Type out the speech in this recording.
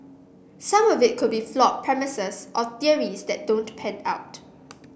some of it could be flawed premises or theories that don't pan out